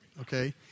Okay